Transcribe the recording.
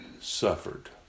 suffered